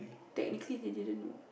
technically they didn't know